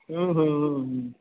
हूँ हूँ हूँ हूँ